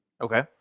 Okay